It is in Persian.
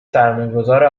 سرمایهگذار